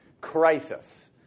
Crisis